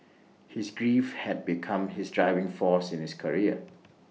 his grief had become his driving force in his career